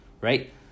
right